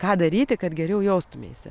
ką daryti kad geriau jaustumeisi